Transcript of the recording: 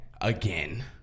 Again